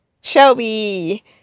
Shelby